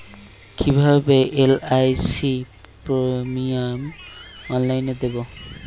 কিভাবে LIC premium অনলাইনে দেবো?